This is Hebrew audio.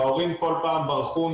וההורים כל פעם ברחו,